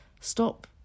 stop